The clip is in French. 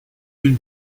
une